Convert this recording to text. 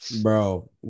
Bro